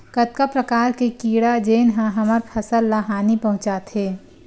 कतका प्रकार के कीड़ा जेन ह हमर फसल ल हानि पहुंचाथे?